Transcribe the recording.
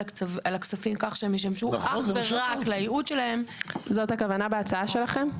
הכספים כך שהם ישמשו אך ורק לייעוד שלהם --- זאת הכוונה בהצעה שלכם?